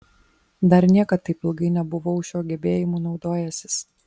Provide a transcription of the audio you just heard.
dar niekad taip ilgai nebuvau šiuo gebėjimu naudojęsis